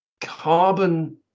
carbon